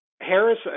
Harris